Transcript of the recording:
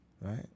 Right